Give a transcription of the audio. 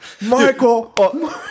Michael